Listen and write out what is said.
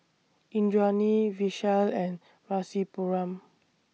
Indranee Vishal and Rasipuram